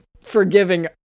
forgiving